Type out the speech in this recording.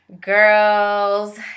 Girls